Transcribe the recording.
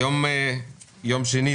היום יום שני,